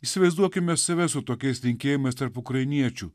įsivaizduokime save su tokiais linkėjimais tarp ukrainiečių